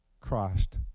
Christ